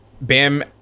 Bam